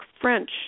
French